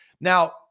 Now